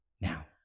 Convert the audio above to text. now